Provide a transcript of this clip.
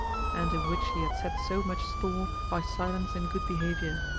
and in which he had set so much store by silence and good behaviour.